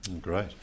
great